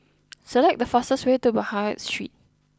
select the fastest way to Baghdad Street